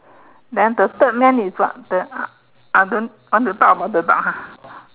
then the third man is what the I don't want to talk about the dog ha